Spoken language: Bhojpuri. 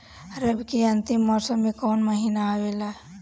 रवी के अंतिम मौसम में कौन महीना आवेला?